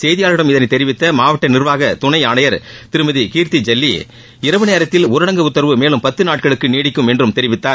செய்தியாளர்களிடம் இதனைத் தெரிவித்த மாவட்ட நிர்வாக துணை ஆணையர் திருமதி கீர்த்தி இல்லி இரவு நேரத்தில் ஊரடங்கு உத்தரவு மேலும் பத்து நாட்களுக்கு நீடிக்கும் என்றும் தெரிவித்தார்